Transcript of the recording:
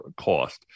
cost